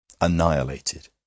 Annihilated